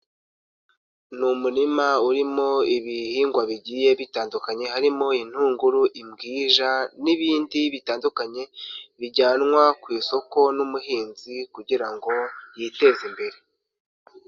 Ni umurima urimo ibihingwa bigiye bitandukanye, harimo intunguru, imbwija, n'ibindi bitandukanye bijyanwa ku isoko n'umuhinzi, kugira ngo yiteze imbere.